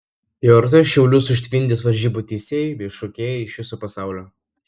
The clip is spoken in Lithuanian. jau rytoj šiaulius užtvindys varžybų teisėjai bei šokėjai iš viso pasaulio